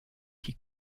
qui